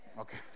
Okay